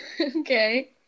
okay